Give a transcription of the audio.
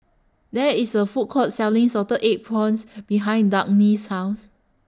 There IS A Food Court Selling Salted Egg Prawns behind Dagny's House